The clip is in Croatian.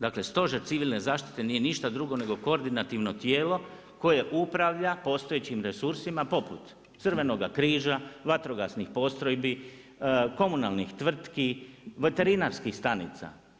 Dakle, stožer civilne zaštite nije ništa drugo nego koordinativno tijelo koje upravlja postojećim resursima poput Crvenoga križa, vatrogasnih postrojbi, komunalnih tvrtki, veterinarskih stanica.